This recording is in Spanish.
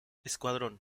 escuadrón